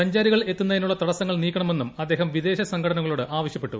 സ്ഞ്ചാരികൾ എത്തുന്നതിനുള്ള തടസ്റ്റങ്ങൾ നീക്കണമെന്നും അദ്ദേഹം വിദേശ സംഘടനകളോട് ആവശ്യപ്പെട്ടു